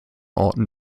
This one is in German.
orten